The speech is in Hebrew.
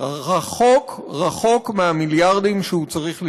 רחוק רחוק מהמיליארדים שהוא צריך לשלם.